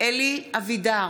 אלי אבידר,